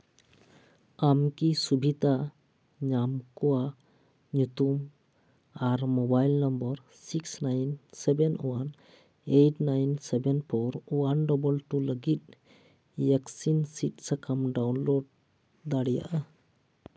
ᱟᱢ ᱠᱤ ᱥᱩᱵᱤᱫᱷᱟ ᱧᱟᱢ ᱠᱚᱣᱟᱜ ᱧᱩᱛᱩᱢ ᱟᱨ mobile number six nine seven one eight nine seven four one double two ᱞᱟᱹᱜᱤᱫ ᱭᱮᱠᱥᱤᱱ ᱥᱤᱫ ᱥᱟᱠᱟᱢ ᱰᱟᱣᱩᱱᱞᱳᱰ ᱫᱟᱲᱮᱭᱟᱜᱼᱟ